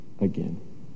again